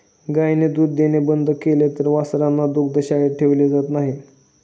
गायीने दूध देणे बंद केले तर वासरांना दुग्धशाळेत ठेवले जात नाही